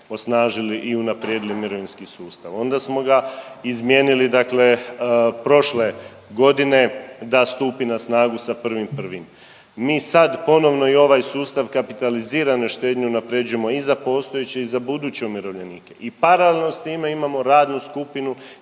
osnažili i unaprijedili mirovinski sustav, onda smo ga izmijenili dakle prošle godine da stupi na snagu sa 1.1.. Mi sad ponovno i ovaj sustav kapitalizirane štednje unaprjeđujemo i za postojeće i za buduće umirovljenike i paralelno s time imamo radnu skupinu